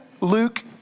Luke